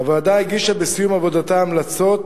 הוועדה הגישה, בסיום עבודתה, המלצות